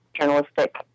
journalistic